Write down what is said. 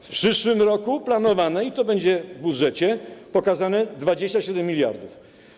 W przyszłym roku jest planowane - i to będzie w budżecie pokazane - 27 mld.